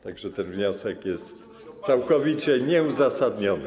Tak więc ten wniosek jest całkowicie nieuzasadniony.